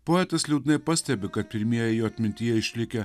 poetas liūdnai pastebi kad pirmieji jo atmintyje išlikę